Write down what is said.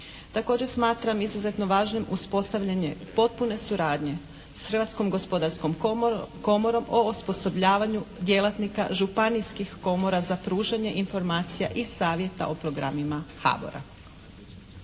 Također smatram izuzetno važnim uspostavljanje potpune suradnje s Hrvatskom gospodarskom komorom o osposobljavanju djelatnika županijskih komora za pružanje informacija i savjeta o programima HBOR-a.